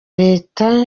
leta